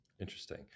Interesting